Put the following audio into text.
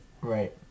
Right